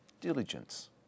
diligence